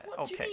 Okay